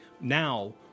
now